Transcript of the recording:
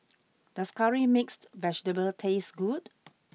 does Curry Mixed Vegetable taste good